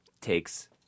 takes